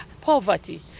poverty